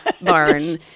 barn